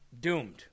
doomed